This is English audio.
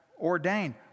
ordained